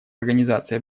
организации